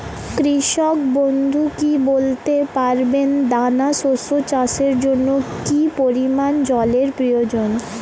কৃষক বন্ধু কি বলতে পারবেন দানা শস্য চাষের জন্য কি পরিমান জলের প্রয়োজন?